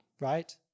Right